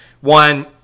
One